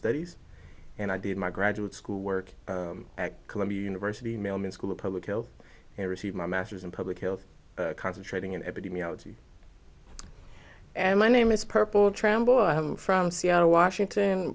studies and i did my graduate school work at columbia university mailman school of public health and receive my master's in public health concentrating in epidemiology and my name is purple tran boy i'm from seattle washington